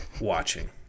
watching